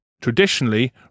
Traditionally